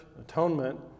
Atonement